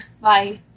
Bye